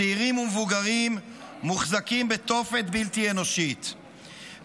צעירים ומבוגרים מוחזקים בתופת בלתי אנושית,